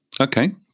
Okay